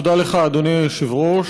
תודה לך, אדוני היושב-ראש.